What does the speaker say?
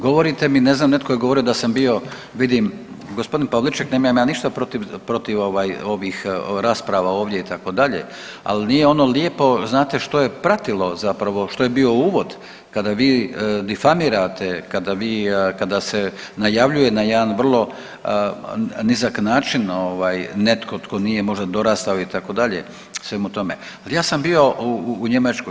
Govorite mi, ne znam netko je govorio da sam bio vidim, gospodin Pavliček nemam ja ništa protiv ovaj rasprava ovdje itd., ali ono lijepo znate što je pratilo zapravo, što je bio uvod kada vi difamirate, kada vi, kada se najavljuje na jedan vrlo nizak način ovaj netko tko nije možda dorastao itd. svemu tome, ali ja sam bio u Njemačkoj.